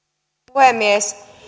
puhemies